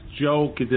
joke